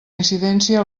incidència